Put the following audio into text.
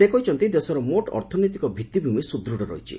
ସେ କହିଛନ୍ତି ଦେଶର ମୋଟ ଅର୍ଥନୈତିକ ଭିଭିଭୂମି ସୁଦୃତ୍ ରହିଛି